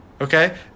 Okay